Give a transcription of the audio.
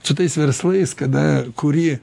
su tais verslais kada kuri